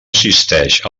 assisteix